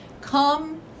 Come